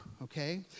Okay